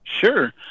Sure